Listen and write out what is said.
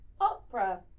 Opera